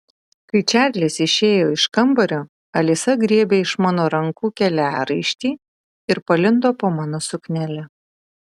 kai čarlis išėjo iš kambario alisa griebė iš mano rankų keliaraišti ir palindo po mano suknele